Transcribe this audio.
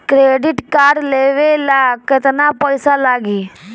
Credit card लेवे ला केतना पइसा लागी?